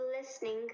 listening